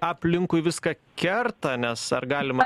aplinkui viską kerta nes ar galima